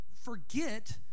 forget